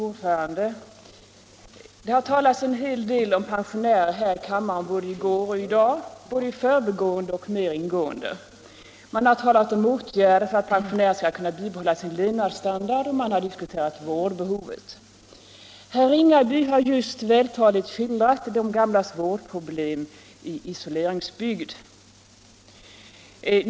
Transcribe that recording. Fru talman! Det har talats en hel del om pensionärer här i kammaren både i går och i dag, både i förbigående och mer ingående. Man har talat om åtgärder för att pensionärerna skall kunna bibehålla sin levnadsstandard och man har diskuterat vårdbehovet. Herr Ringaby har just vältaligt skildrat de gamlas vårdproblem i isoleringsbygd.